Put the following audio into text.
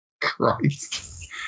Christ